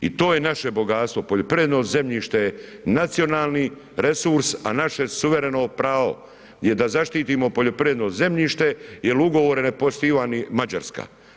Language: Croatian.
I to je naše bogatstvo, poljoprivredno zemljište je nacionalni resurs, a naše suvereno pravo je da zaštitimo poljoprivredno zemljište jer ugovore ne poštiva ni Mađarska.